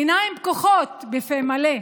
בעיניים פקוחות ובפה מלא: